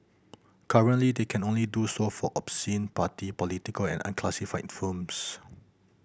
currently they can only do so for obscene party political and unclassified films